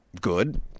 good